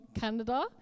Canada